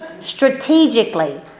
Strategically